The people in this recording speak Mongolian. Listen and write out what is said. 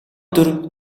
өдөр